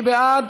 מי בעד?